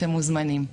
אתם מוזמנים.